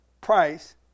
price